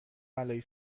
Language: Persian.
بلایی